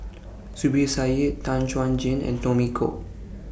Zubir Said Tan Chuan Jin and Tommy Koh